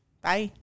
Bye